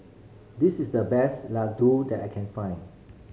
this is the best laddu that I can find